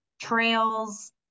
trails